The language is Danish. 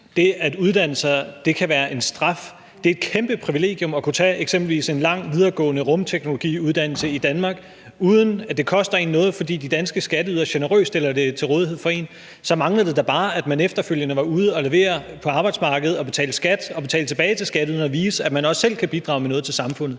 det at uddanne sig kan være en straf. Det er et kæmpe privilegium eksempelvis at kunne tage en lang videregående rumteknologiuddannelse i Danmark, eller at det er til rådighed for en, uden at det koster noget, fordi de danske skatteydere generøst har betalt for det, og så manglede det da bare, at man efterfølgende kom ud og leverede på arbejdsmarkedet og betalte skat – betalte tilbage til skatteyderne – og viste, at man også selv kan bidrage med noget til samfundet.